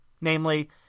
Namely